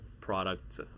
product